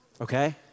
Okay